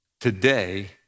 today